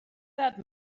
that